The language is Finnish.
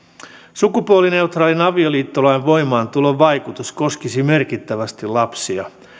sukupuolineutraalin avioliittolain voimaantulon vaikutus koskisi merkittävästi lapsia